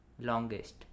Longest